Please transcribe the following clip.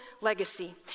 legacy